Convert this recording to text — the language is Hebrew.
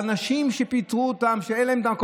כי הם עושים מה שנקרא "הכפל": זה כבר לא חוק נורבגי קטן,